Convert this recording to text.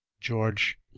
George